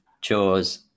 chores